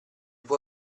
può